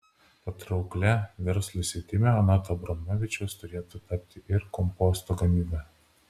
patrauklia verslui sritimi anot abromavičiaus turėtų tapti ir komposto gamyba